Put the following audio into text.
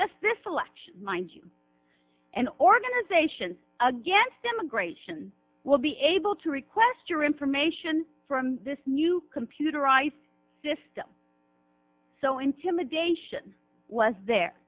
this election mind you and organizations against immigration will be able to request your information from this new computerized system so intimidation was there